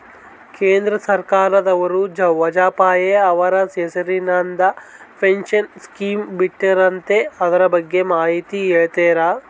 ಕೇಂದ್ರ ಸರ್ಕಾರದವರು ವಾಜಪೇಯಿ ಅವರ ಹೆಸರಿಂದ ಪೆನ್ಶನ್ ಸ್ಕೇಮ್ ಬಿಟ್ಟಾರಂತೆ ಅದರ ಬಗ್ಗೆ ಮಾಹಿತಿ ಹೇಳ್ತೇರಾ?